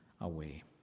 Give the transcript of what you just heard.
away